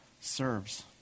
serves